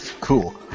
cool